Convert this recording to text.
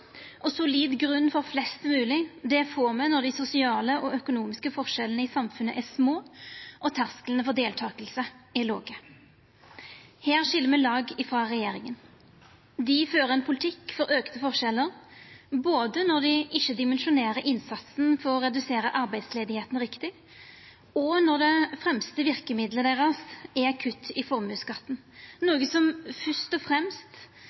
Og solid grunn for flest mogleg får me når dei sosiale og økonomiske forskjellane i samfunnet er små og tersklane for deltaking er låge. Her skil me lag frå regjeringa. Ho fører ein politikk for auka forskjellar, både når dei ikkje dimensjonerer innsatsen for å redusera arbeidsløysa riktig, og når det fremste verkemiddelet deira er kutt i formuesskatten – noko som fyrst og fremst